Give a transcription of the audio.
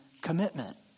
commitment